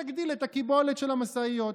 שתגדיל את הקיבולת של המשאיות,